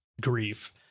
grief